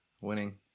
winning